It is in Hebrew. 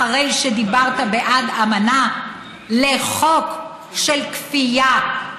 אחרי שדיברת בעד אמנה, לחוק של כפייה,